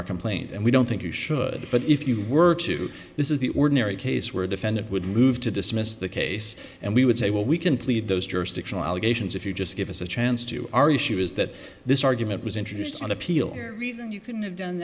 our complaint and we don't think you should but if you were to this is the ordinary case where a defendant would move to dismiss the case and we would say well we can plead those jurisdictional allegations if you just give us a chance to our issue is that this argument was introduced on appeal here reason you couldn't have done